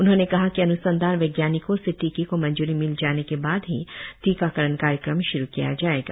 प्रधानमंत्री ने कहा कि अन्संधान वैज्ञानिकों से टीके को मंजूरी मिल जाने के बाद ही टीकाकरण कार्यक्रम श्रू किया जायेगा